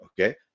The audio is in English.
okay